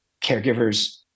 caregivers